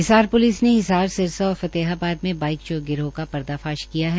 Hisar police ने हिसार सिरसा और फतेहाबाद में बाईक चोर गिरोह का पर्दाफाश किया है